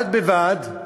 בד בבד,